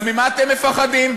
אז ממה אתם מפחדים?